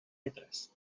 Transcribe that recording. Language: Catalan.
metres